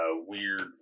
weird